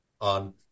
on